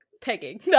Pegging